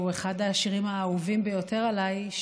שהוא אחד השירים האהובים ביותר עליי,